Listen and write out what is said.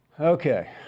Okay